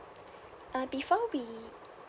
uh before we